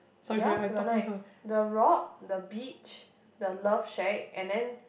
ya we got nine the rock the beach the love shack and then